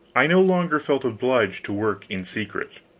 i no longer felt obliged to work in secret.